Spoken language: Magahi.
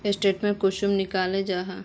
स्टेटमेंट कुंसम निकले जाहा?